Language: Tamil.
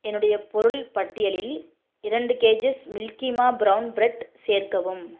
என்னுடைய பொருள் பட்டியலில் இரண்டு கேஜிஸ் மில்கிமா ப்ரவுன் ப்ரெட் சேர்க்கவும்